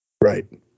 right